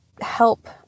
help